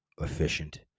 efficient